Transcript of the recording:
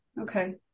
Okay